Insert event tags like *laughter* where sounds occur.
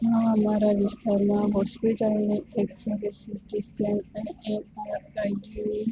આ અમારા વિસ્તારમાં હોસ્પિટલની એક્સરેની સિટી સ્કેનની *unintelligible*